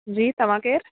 जी तव्हां केरु